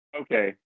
Okay